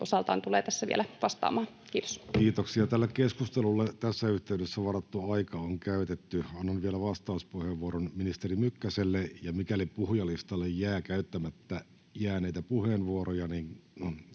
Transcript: laeiksi Time: 15:36 Content: Kiitoksia. — Tälle keskustelulle tässä yhteydessä varattu aika on käytetty. Annan vielä vastauspuheenvuoron ministeri Mykkäselle, ja mikäli puhujalistalle jää käyttämättä jääneitä puheenvuoroja, niin